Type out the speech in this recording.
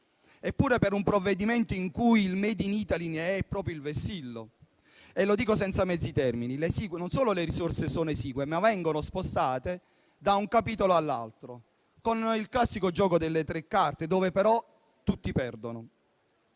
tratti di un provvedimento in cui il *made in Italy* è proprio il vessillo. Lo dico senza mezzi termini: non solo le risorse sono esigue, ma vengono spostate da un capitolo all'altro con il classico gioco delle tre carte, dove però tutti perdono.